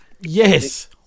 Yes